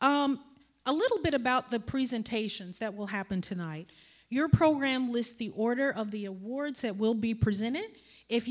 a little bit about the presentations that will happen tonight your program lists the order of the awards that will be presented if